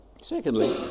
Secondly